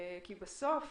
כי בסוף